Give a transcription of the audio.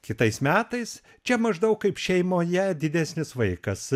kitais metais čia maždaug kaip šeimoje didesnis vaikas